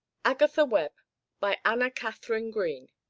agatha webb by anna katharine green